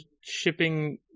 shipping